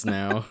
now